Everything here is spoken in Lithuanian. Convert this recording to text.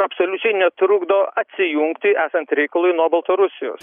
absoliučiai netrukdo atsijungti esant reikalui nuo baltarusijos